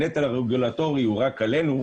הנטל הרגולטורי הוא רק עלינו,